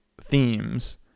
themes